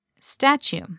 Statue